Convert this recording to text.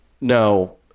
No